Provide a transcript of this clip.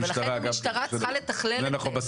לכן המשטרה צריכה לתכלל את זה,